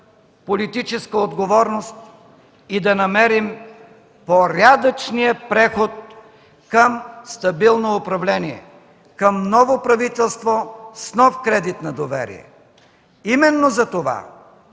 политическа отговорност и да намерим порядъчния преход към стабилно управление, към ново правителство с нов кредит на доверие. Именно затова